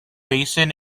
basin